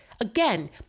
Again